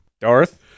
Darth